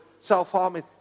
self-harming